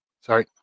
Sorry